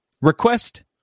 request